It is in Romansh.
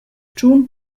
tschun